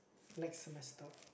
next semester